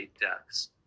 deaths